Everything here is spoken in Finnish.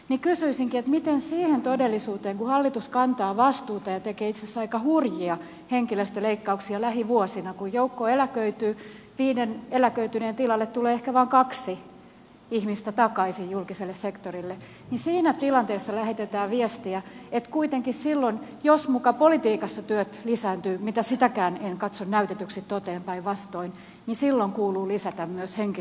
miten siinä todellisuudessa ja tilanteessa kun hallitus kantaa vastuuta ja tekee itse asiassa aika hurjia henkilöstöleikkauksia lähivuosina kun joukko eläköityy viiden eläköityneen tilalle tulee ehkä vain kaksi ihmistä julkisella sektorilla lähetetään viestiä että kuitenkin silloin jos muka politiikassa työt lisääntyvät mitä sitäkään en katso näytetyksi toteen päinvastoin kuuluu lisätä myös henkilökuntaa